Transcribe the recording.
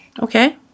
okay